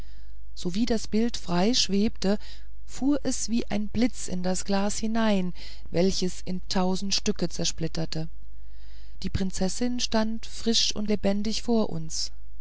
sowie das bild frei schwebte fuhr es wie ein blitz in das glas hinein welches in tausend stücken zersplitterte die prinzessin stand frisch und lebendig vor uns